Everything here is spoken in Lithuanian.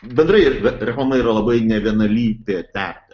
bendrai vat reklama yra labai nevienalytė terpė